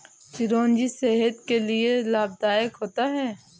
चिरौंजी सेहत के लिए लाभदायक होता है